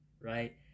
right